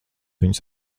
viņus